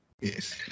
Yes